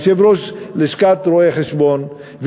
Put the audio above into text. יושב-ראש לשכת רואי-החשבון,